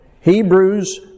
Hebrews